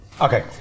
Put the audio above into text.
Okay